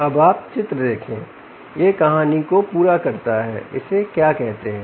अब आप चित्र देखें यह कहानी को पूरा करता है इसे क्या कहते हैं